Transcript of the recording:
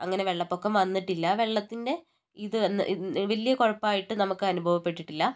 അങ്ങനെ വെള്ളപ്പൊക്കം വന്നിട്ടില്ല വെള്ളത്തിന്റെ ഇത് വന്ന് വലിയ കുഴപ്പമായിട്ട് നമുക്ക് അനുഭവപ്പെട്ടിട്ടില്ല